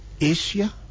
Asia